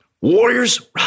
Warriors